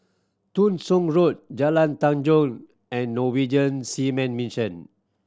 Thong Soon Road Jalan Tanjong and Norwegian Seamen Mission